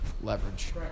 leverage